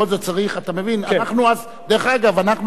אגב,